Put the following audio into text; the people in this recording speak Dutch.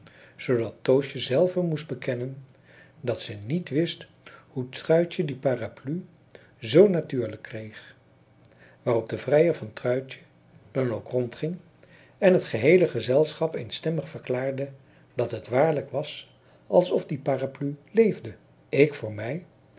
zoodat toosje zelve moest bekennen dat ze niet wist hoe truitje die parapluie zoo natuurlijk kreeg waarop de vrijer van truitje dan ook rondging en het geheele gezelschap eenstemmig verklaarde dat het waarlijk was als of die parapluie leefde ik voor mij